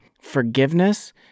forgiveness